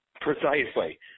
Precisely